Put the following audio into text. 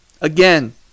again